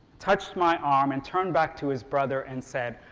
touched my arm and turned back to his brother, and said,